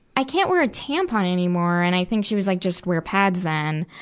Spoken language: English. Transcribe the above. i can't wear a tampon anymore. and i think she was like, just wear pads then.